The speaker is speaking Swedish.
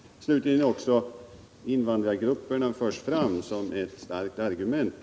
Slutligen vill jag också säga att invandrargrupperna här har förts fram som ett argument.